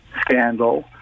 scandal